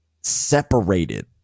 separated